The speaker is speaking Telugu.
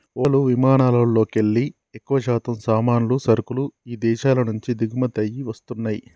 ఓడలు విమానాలల్లోకెల్లి ఎక్కువశాతం సామాన్లు, సరుకులు ఇదేశాల నుంచి దిగుమతయ్యి వస్తన్నయ్యి